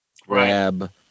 grab